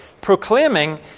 proclaiming